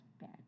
bad